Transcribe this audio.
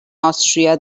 austria